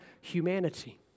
humanity